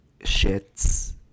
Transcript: shits